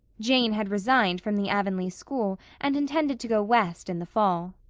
jane had resigned from the avonlea school and intended to go west in the fall.